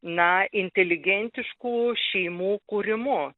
na inteligentiškų šeimų kūrimu